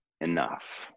enough